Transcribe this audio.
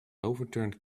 overturned